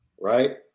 right